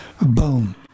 Boom